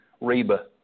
Reba